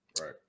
Right